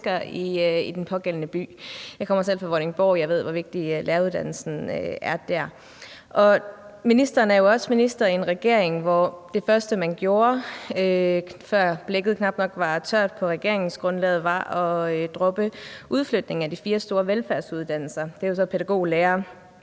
Jeg kommer selv fra Vordingborg, og jeg ved, hvor vigtig læreruddannelsen er der. Ministeren er jo også minister i en regering, hvor det første, man gjorde, før blækket i regeringsgrundlaget knap nok var tørt, var at droppe udflytningen af de fire store velfærdsuddannelser. Det er jo